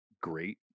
great